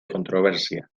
controversia